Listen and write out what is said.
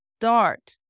start